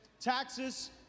taxes